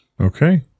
Okay